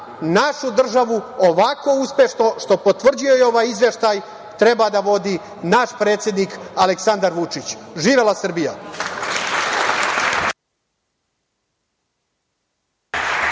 našu državu, ovako uspešno što potvrđuje i ovaj izveštaj, treba da vodi naš predsednik Aleksandar Vučić. Živela Srbija.